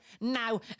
now